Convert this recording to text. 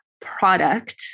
product